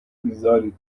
بیزارید